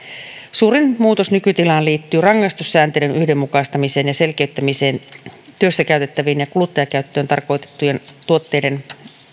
suurin muutos verrattuna nykytilaan liittyy rangaistussääntelyn yhdenmukaistamiseen ja selkeyttämiseen työssä käytettävien ja kuluttajakäyttöön tarkoitettujen tuotteiden